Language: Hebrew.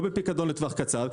לא בפיקדון לטווח קצר.